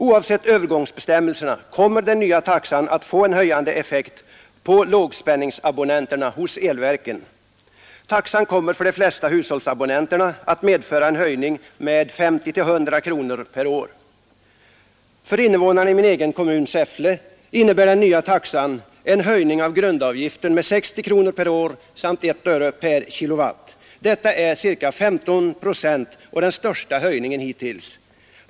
Oavsett övergångsbestämmelserna kommer den nya taxan att få en höjande effekt för lågspänningsabonnenterna hos elverken. Taxan kommer för de flesta hushållsabonnenterna att medföra en höjning med 50-100 kronor per år. För invånarna i min egen kommun, Säffle, innebär den nya taxan en höjning av grundavgiften med 60 kronor per år och 1 öre per kWh. Detta är en höjning med 15 procent, den största höjningen hittills.